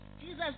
Jesus